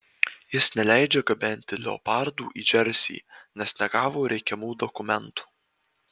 jis neleidžia gabenti leopardų į džersį nes negavo reikiamų dokumentų